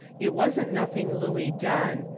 it wasn't nothing looey done,